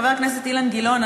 חבר הכנסת אילן גילאון,